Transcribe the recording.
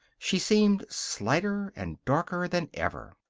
she seemed slighter and darker than ever.